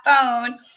phone